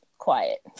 quiet